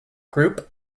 group